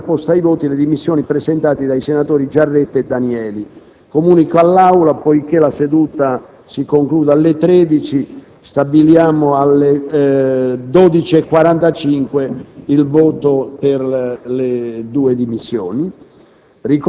saranno poste ai voti le dimissioni presentate dai senatori Giaretta e Danieli. Comunico all'Aula che, poiché la seduta si concluderà alle ore 13, alle ore 12,45 si voteranno le due dimissioni.